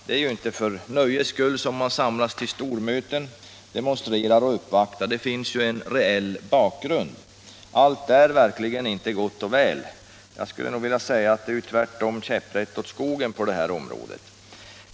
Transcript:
Det är ju inte för nöjes skull man samlas till stormöten eller demonstrerar och uppvaktar. Det finns en reell bakgrund, nämligen att allt verkligen inte är gott och väl. Jag vill tvärtom säga att det är käpprätt åt skogen på detta område.